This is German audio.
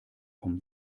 vom